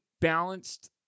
balanced